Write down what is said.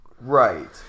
Right